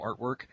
artwork